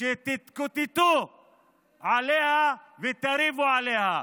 שתתקוטטו בה ותריבו עליה,